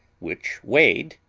which weighed,